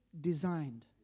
designed